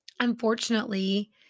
unfortunately